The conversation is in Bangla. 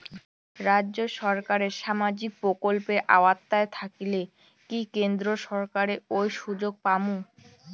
রাজ্য সরকারের সামাজিক প্রকল্পের আওতায় থাকিলে কি কেন্দ্র সরকারের ওই সুযোগ পামু?